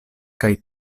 kaj